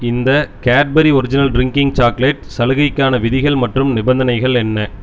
இந்த Cadbury original drinking chocolate சலுகைக்கான விதிகள் மற்றும் நிபந்தனைகள் என்ன